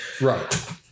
Right